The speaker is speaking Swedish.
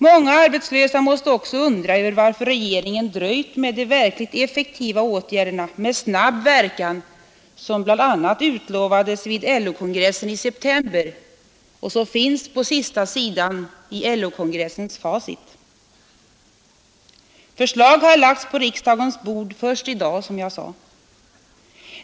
Många arbetslösa måste också undra över varför regeringen har dröjt med de verkligt effektiva åtgärderna med snabb verkan som utlovades bl.a. vid LO-kongressen i september och som finns på sista sidan i LO-kongressens facit. Förslag har lagts på riksdagens bord först i dag, som jag sade.